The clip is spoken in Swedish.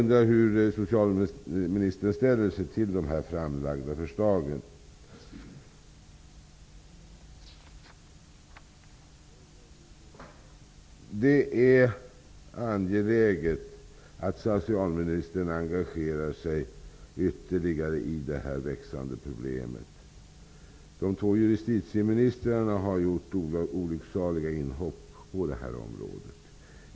Det är angeläget att socialministern engagerar sig ytterligare i det växande problemet. De två justitieministrarna har gjort olycksaliga inhopp på detta område.